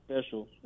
special